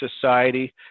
Society